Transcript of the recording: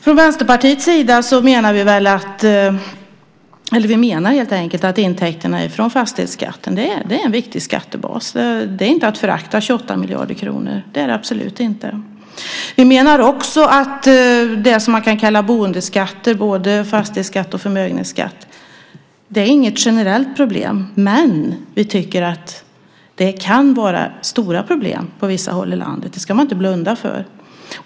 Från Vänsterpartiets sida menar vi att intäkterna från fastighetsskatten är en viktig skattebas. 28 miljarder kronor är inte att förakta. Vi menar också att det som man kan kalla boendeskatter, både fastighetsskatt och förmögenhetsskatt, inte är något generellt problem. Men det kan vara stora problem på vissa håll i landet. Det ska man inte blunda för.